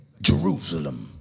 Jerusalem